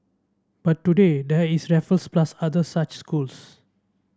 but today there is Raffles plus other such schools